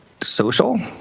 social